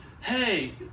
hey